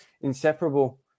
inseparable